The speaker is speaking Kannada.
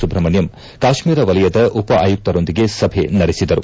ಸುಬ್ರಹ್ಮಣ್ಯಂ ಕಾಶ್ಮೀರ ವಲಯದ ಉಪ ಆಯುಕ್ತರೊಂದಿಗೆ ಸಭೆ ನಡೆಸಿದರು